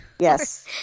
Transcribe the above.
Yes